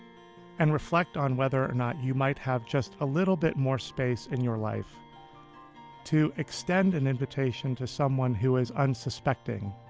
and reflect on whether or not you might have just a little bit more space in your life to extend an invitation to someone who is unsuspecting